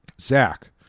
Zach